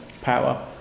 power